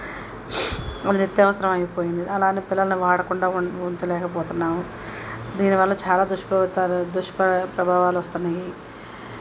అది నిత్యవసరం అయిపోయింది అలా అని పిల్లలని వాడకుండా ఉంచలేకపోతున్నాము దీనివల్ల చాలా దుష్ఫలితాలు దుష్ప ప్రభావాలు వస్తున్నాయి